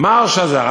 מר שזר,